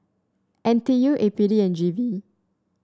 N T U A P D and G V